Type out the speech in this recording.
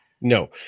no